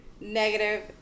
negative